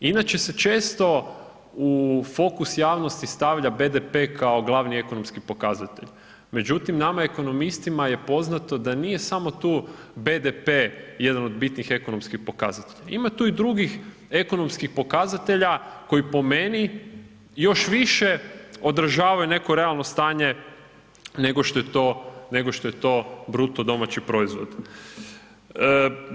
Inače se često u fokus javnosti stavlja BDP kao glavni ekonomski pokazatelj, međutim nama ekonomistima je poznato da nije samo tu BDP jedan od bitnih ekonomskih pokazatelja, ima tu i drugih ekonomskih pokazatelja koji po meni još više odražavaju neko realno stanje nego što je to, nego što je to BDP.